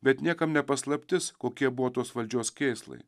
bet niekam ne paslaptis kokie buvo tos valdžios kėslai